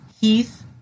Heath